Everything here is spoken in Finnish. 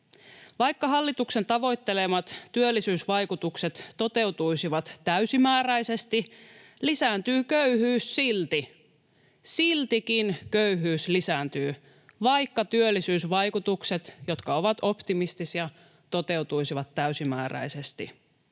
Vaikka hallituksen tavoittelemat työllisyysvaikutukset toteutuisivat täysimääräisesti, lisääntyy köyhyys silti — siltikin köyhyys lisääntyy, vaikka työllisyysvaikutukset, jotka ovat optimistisia, toteutuisivat täysimääräisesti.